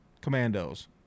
Commandos